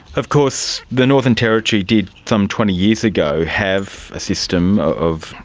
of course the northern territory did some twenty years ago have a system of,